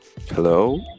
hello